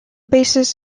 basis